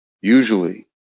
usually